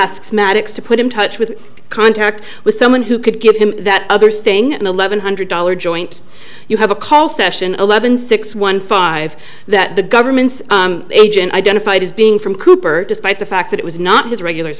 asks maddox to put in touch with contact with someone who could give him that other thing eleven hundred dollars joint you have a call session eleven six one five that the government's agent identified as being from cooper despite the fact that it was not his regular